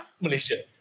Malaysia